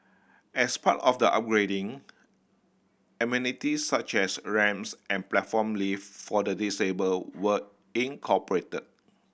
as part of the upgrading amenities such as ramps and a platform lift for the disabled were incorporated